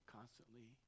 Constantly